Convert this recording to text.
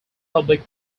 public